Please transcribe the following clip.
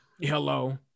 hello